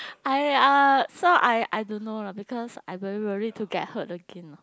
I uh so I I don't know lah because I very worried to get hurt again lah